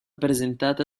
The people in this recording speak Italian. presentata